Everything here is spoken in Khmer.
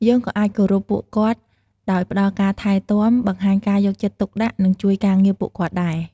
យើងក៏អាចគោរពពួកគាត់ដោយផ្ដល់ការថែទាំ បង្ហាញការយកចិត្តទុកដាក់ និងជួយការងារពួកគាត់ដែរ។